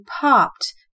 popped